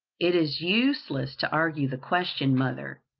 it is useless to argue the question, mother.